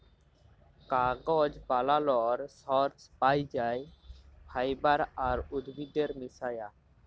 কাগজ বালালর সর্স পাই যাই ফাইবার আর উদ্ভিদের মিশায়া